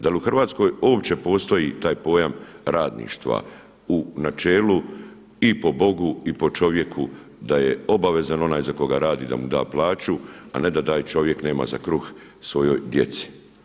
Da li u Hrvatskoj uopće postoji taj pojam radništva u načelu i po Bogu i po čovjeku, da je obavezan onaj za koga radi da mu da plaću a ne da taj čovjek nema za kruh svojoj djeci.